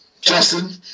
justin